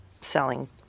selling